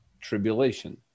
tribulation